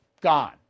Gone